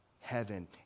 heaven